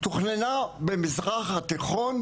שתוכננה במזרח התיכון,